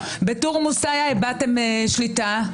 בתורמוס עיא איבדתם שליטה,